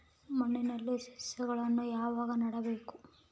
ಮಣ್ಣಿನಲ್ಲಿ ಸಸಿಗಳನ್ನು ಯಾವಾಗ ನೆಡಬೇಕು?